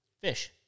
fish